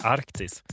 Arktis